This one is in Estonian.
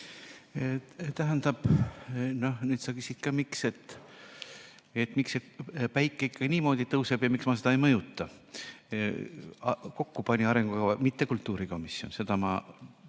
Tähendab, nüüd sa küsid ka, et miks see päike ikka niimoodi tõuseb ja miks ma seda ei mõjuta. Kokku pani arengukava mitte kultuurikomisjon, seda ma